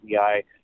EI